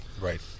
right